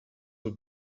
will